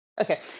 Okay